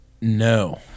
No